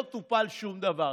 לא טופל שום דבר.